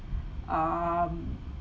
um